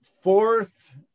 fourth